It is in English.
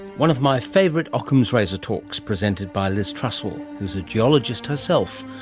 one of my favourite ockham's razor talks, presented by liz truswell, who is a geologist herself,